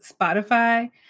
Spotify